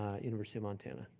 ah university of montana.